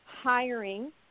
hiring